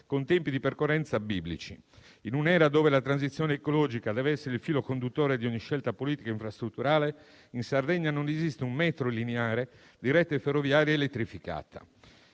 con tempi di percorrenza biblici. In un'era in cui la transizione ecologica deve essere il filo conduttore di una scelta politica infrastrutturale, in Sardegna non esiste un metro lineare di rete ferroviaria elettrificata.